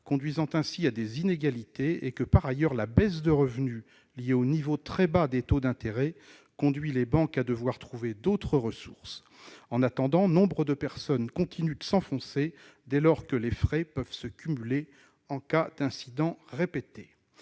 conduisant à des inégalités, et que la baisse de revenus liée au niveau très bas des taux d'intérêt conduit les banques à chercher d'autres ressources. En attendant, nombre de personnes continuent de s'enfoncer dans les difficultés, dès lors que les frais peuvent se cumuler en cas d'incidents répétés.